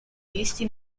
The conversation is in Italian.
visti